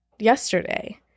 yesterday